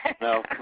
No